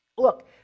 look